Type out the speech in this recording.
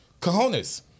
cojones